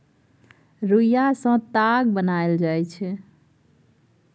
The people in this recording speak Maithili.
रुइया सँ ताग बनाएल जाइ छै